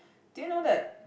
do you know that